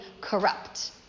corrupt